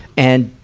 and,